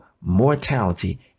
mortality